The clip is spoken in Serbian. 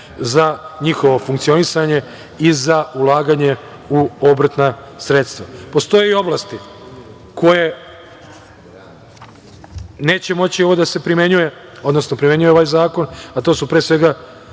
za njihovo funkcionisanje i za ulaganje u obrtna sredstva. Postoje oblasti na koje neće moći ovo da se primenjuje, odnosno primenjuje ovaj zakon, a to su privredni